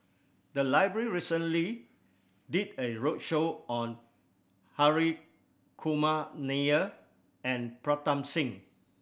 the library recently did a roadshow on Hri Kumar Nair and Pritam Singh